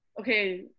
Okay